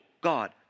God